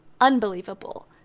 unbelievable